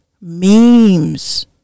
memes